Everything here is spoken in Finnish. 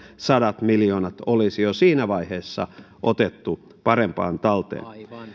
sadat miljoonat olisi jo siinä vaiheessa otettu parempaan talteen